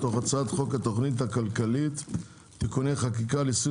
מתוך הצעת חוק התכנית הכלכלית (תיקוני חקיקה ליישום